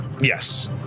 Yes